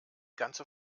ganze